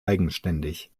eigenständig